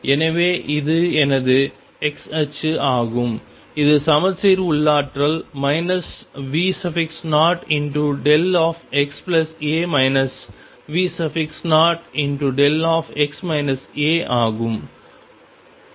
எனவே இது எனது x அச்சு ஆகும் இது சமச்சீர் உள்ளாற்றல் V0δxa V0δ ஆகும்